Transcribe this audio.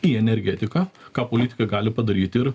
į energetiką ką politikai gali padaryti ir